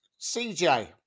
CJ